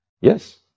Yes